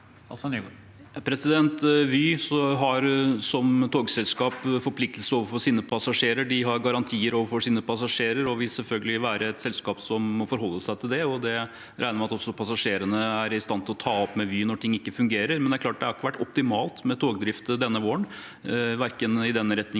Vy har som togselskap forpliktelser overfor sine passasjer. De har garantier overfor sine passasjerer og vil selvfølgelig være et selskap som må forholde seg til det. Jeg regner med at også passasjerene er i stand til å ta det opp med Vy når ting ikke fungerer. Det er klart det ikke har vært optimalt med togdrift denne våren, verken i den retningen